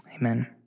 amen